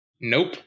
Nope